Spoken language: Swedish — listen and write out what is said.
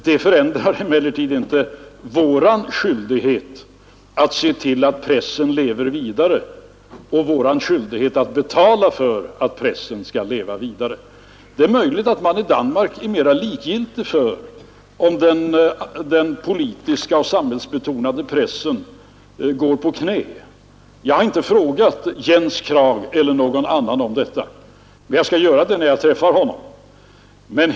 Detta förändrar emellertid inte vår skyldighet att se till att pressen lever vidare och vår skyldighet att betala för att pressen skall kunna leva vidare. Det är möjligt att man i Danmark är mera likgiltig för om den politiska och samhällsbetonade pressen går ned på knä — jag har inte frågat Jens Otto Krag, eller någon annan, om detta, men jag skall göra det när jag träffar honom.